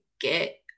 get